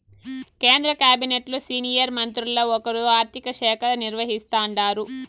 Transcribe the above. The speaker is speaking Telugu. కేంద్ర కాబినెట్లు సీనియర్ మంత్రుల్ల ఒకరు ఆర్థిక శాఖ నిర్వహిస్తాండారు